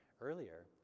earlier